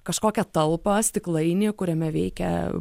kažkokią talpą stiklainį kuriame veikia